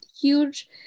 huge